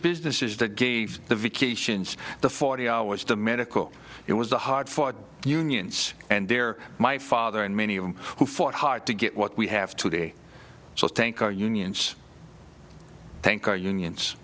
business is that gave the vacations the forty hours to medical it was a hard fought unions and there my father and many of them who fought hard to get what we have today so thank our unions thank our unions